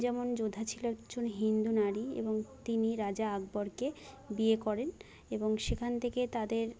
যেমন যোধা ছিলো একজন হিন্দু নারী এবং তিনি রাজা আকবরকে বিয়ে করেন এবং সেখান থেকে তাদের